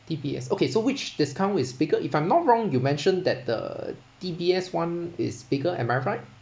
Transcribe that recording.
D_B_S okay so which discount is bigger if I'm not wrong you mentioned that the D_B_S [one] is bigger am I right